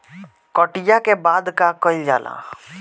कटिया के बाद का कइल जाला?